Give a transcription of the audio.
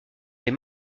des